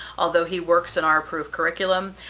although he works in our approved curriculum,